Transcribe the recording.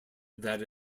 that